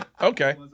Okay